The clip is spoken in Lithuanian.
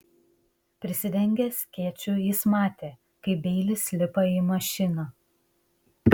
prisidengęs skėčiu jis matė kaip beilis lipa į mašiną